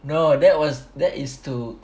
no that was that is to